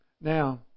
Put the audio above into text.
Now